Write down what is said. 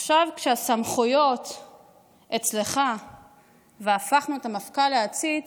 עכשיו כשהסמכויות אצלך והפכנו את המפכ"ל לעציץ,